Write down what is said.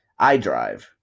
iDrive